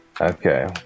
Okay